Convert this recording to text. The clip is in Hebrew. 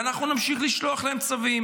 ואנחנו נמשיך לשלוח להם צווים